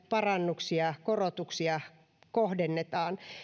parannuksia korotuksia kohdennetaan